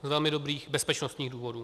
Z velmi dobrých bezpečnostních důvodů.